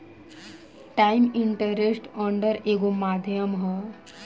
times interest earned एगो माध्यम ह